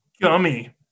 Gummy